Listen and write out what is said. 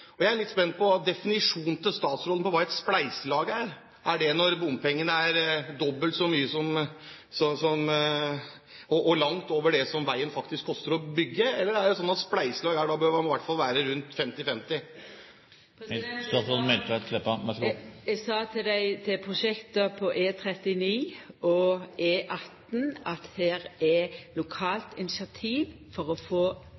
bompenger. Jeg er litt spent på definisjonen til statsråden på hva et spleiselag er. Er det når bompengene er dobbelt så mye og langt over det som veien faktisk koster å bygge? Eller er det sånn at i et spleiselag bør det i hvert fall være rundt femti–femti? Eg sa til representanten om prosjekta på E39 og E18 at her er det lokalt initiativ for å få